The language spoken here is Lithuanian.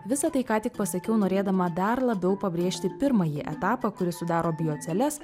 visa tai ką tik pasakiau norėdama dar labiau pabrėžti pirmąjį etapą kuris sudaro bioceles